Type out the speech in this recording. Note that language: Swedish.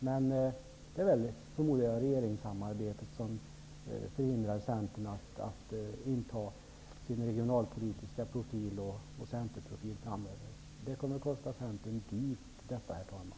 Men jag förmodar att det är regeringssamarbetet som förhindrar Centern att inta sin egen regionalpolitiska profil och centerprofil framöver. Detta kommer att stå Centern dyrt, herr talman.